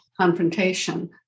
confrontation